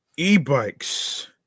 e-bikes